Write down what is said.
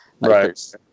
Right